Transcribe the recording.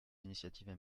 initiatives